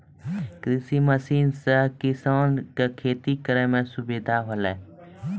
कृषि मसीन सें किसान क खेती करै में सुविधा होलय